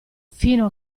fino